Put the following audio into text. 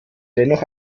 dennoch